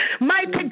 mighty